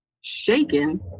shaken